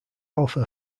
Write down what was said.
alpha